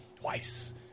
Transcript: twice